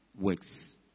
works